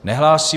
Nehlásí.